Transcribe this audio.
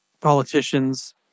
politicians